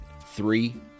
Three